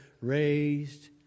raised